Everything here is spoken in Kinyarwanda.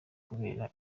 kubera